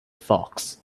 fox